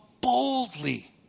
boldly